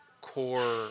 core